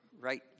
right